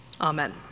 Amen